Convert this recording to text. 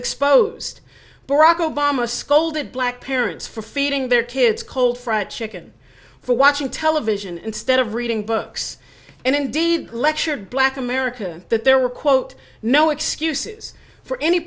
exposed barack obama scolded black parents for feeding their kids cold fried chicken for watching television instead of reading books and indeed lectured black america that there were quote no excuses for any